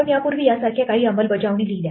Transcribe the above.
आपण यापूर्वी यासारख्या काही अंमलबजावणी लिहिल्या